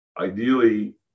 ideally